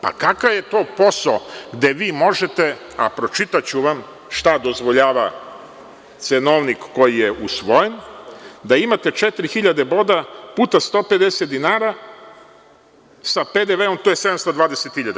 Pa, kakav je to posao gde vi možete, a pročitaću vam šta dozvoljava cenovnik koji je usvojen, da imate četiri hiljade boda puta 150 dinara, sa PDV-om to je 720.000.